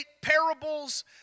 parables